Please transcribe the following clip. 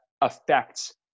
affects